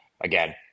again